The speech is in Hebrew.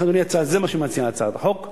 לכן, אדוני, זה מה שמציעה הצעת החוק.